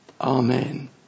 Amen